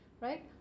right